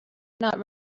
not